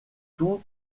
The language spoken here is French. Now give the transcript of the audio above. tout